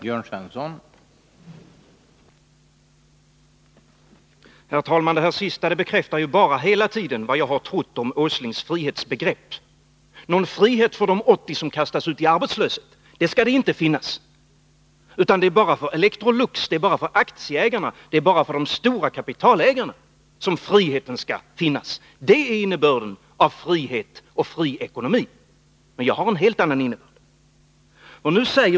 Herr talman! Det där sista bekräftar bara vad jag hela tiden trott om Nils Åslings frihetsbegrepp. Någon frihet för de 80 som kastats ut i arbetslöshet skall det inte finnas, utan det är bara för Electrolux, bara för aktieägarna och de stora kapitalägarna som friheten skall finnas. Det är innebörden av frihet och fri ekonomi. Men jag har en helt annan uppfattning.